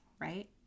right